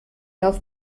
auf